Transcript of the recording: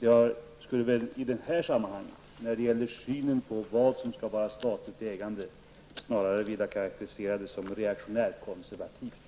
Jag skulle väl i det här sammanhanget, när det gäller synen på vad som skall vara statligt ägande, snarare vilja karakterisera det som reaktionärkonservativt.